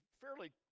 fairly